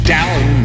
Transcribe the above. Down